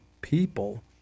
people